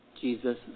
Jesus